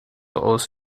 aus